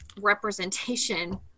representation